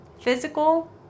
physical